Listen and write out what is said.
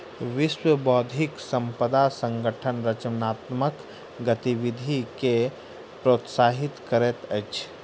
विश्व बौद्धिक संपदा संगठन रचनात्मक गतिविधि के प्रोत्साहित करैत अछि